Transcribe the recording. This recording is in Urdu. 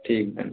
ٹھیک ہے